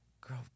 girl